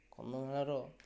ଆମ ଗାଁ ର